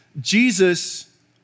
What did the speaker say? Jesus